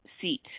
seat